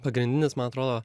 pagrindinis man atrodo